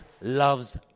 loves